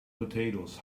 potatoes